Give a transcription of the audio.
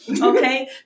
okay